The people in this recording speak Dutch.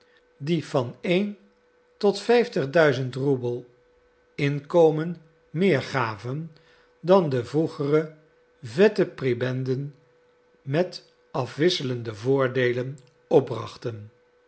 die van een tot vijftigduizend roebel inkomen meer gaven dan de vroegere vette prebenden met afwisselende voordeelen opbrachten